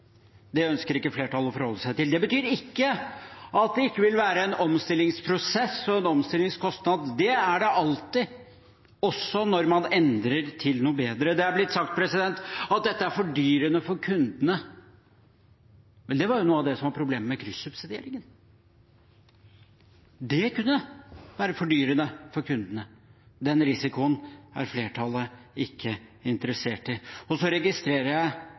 Det ønsker ikke flertallet å forholde seg til. Det betyr ikke at det ikke vil være en omstillingsprosess og en omstillingskostnad. Det er det alltid, også når man endrer til noe bedre. Det er blitt sagt at dette er fordyrende for kundene. Men det var jo noe av det som var problemet med kryssubsidieringen – dét kunne være fordyrende for kundene. Den risikoen er flertallet ikke interessert i. Jeg registrerer at Arbeiderpartiet og